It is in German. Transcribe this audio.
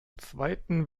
zweiten